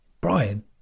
Brian